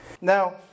Now